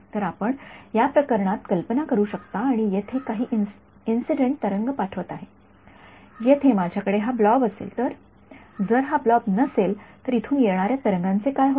तर आपण या प्रकरणात कल्पना करू शकता आणि मी येथे काही इंसीडन्ट तरंग पाठवत आहे जर येथे माझ्याकडे हा ब्लॉब असेल तर जर हा ब्लॉब नसेल तर इथून येणाऱ्या तरंगांचे काय होईल